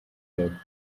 her